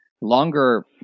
longer